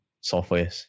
software